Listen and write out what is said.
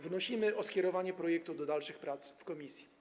Wnosimy o skierowanie projektu do dalszych prac w komisji.